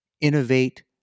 innovate